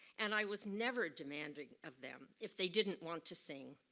and i was never demanding of them, if they didn't want to sing.